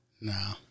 No